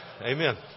Amen